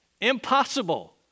Impossible